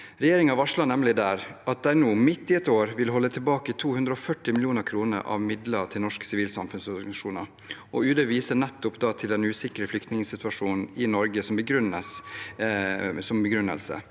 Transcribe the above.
Regjeringen varslet nemlig der at de nå, midt i året, ville holde tilbake 240 mill. kr av midler til norske sivilsamfunnsorganisasjoner. UD viste da nettopp til den usikre flyktningsituasjonen i Norge som begrunnelse.